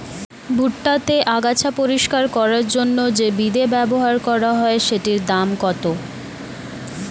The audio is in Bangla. ভুট্টা তে আগাছা পরিষ্কার করার জন্য তে যে বিদে ব্যবহার করা হয় সেটির দাম কত?